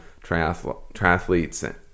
triathletes